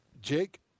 Jake